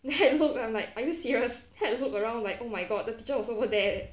then I look I'm like are you serious then I look around like oh my god the teacher was over there leh